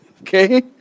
Okay